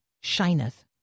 shineth